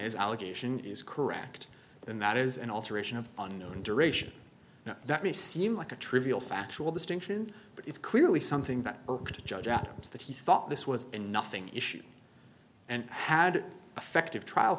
is allegation is correct then that is an alteration of unknown duration that may seem like a trivial factual distinction but it's clearly something that irked a judge adams that he thought this was a nothing issue and had affective trial